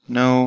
no